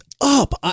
up